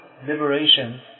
liberation